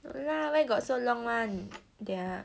no lah where got so long [one] their